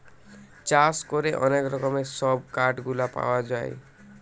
চাষ করে অনেক রকমের সব কাঠ গুলা পাওয়া যায়